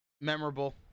Memorable